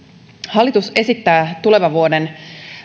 hallitus esittää tulevan vuoden